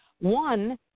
One